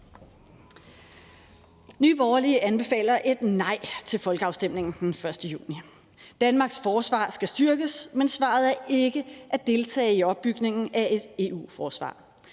Nye Borgerlige anbefaler et nej til folkeafstemningen den 1. juni. Danmarks forsvar skal styrkes, men svaret er ikke at deltage i opbygningen af et EU-forsvar.